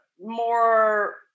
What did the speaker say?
more